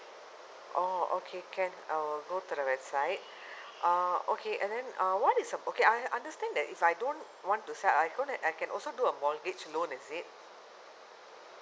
oh okay can I'll go to the website uh okay and then uh what is the I understand that if I don't want to sell I know that I can also do a mortgage loan is it